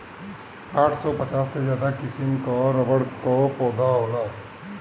आठ सौ पचास से ज्यादा किसिम कअ रबड़ कअ पौधा होला